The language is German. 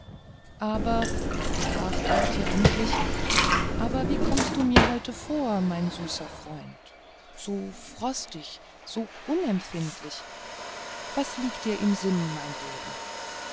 aber sprach dörtje endlich aber wie kommst du mir heute vor mein süßer freund so frostig so unempfindlich was liegt dir im sinn mein leben